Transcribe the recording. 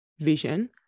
vision